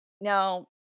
now